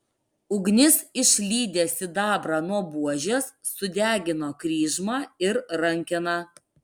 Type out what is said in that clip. ugnis išlydė sidabrą nuo buožės sudegino kryžmą ir rankeną